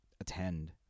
attend